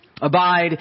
Abide